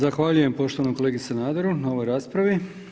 Zahvaljujem poštovanom kolegi Sanaderu na ovoj raspravi.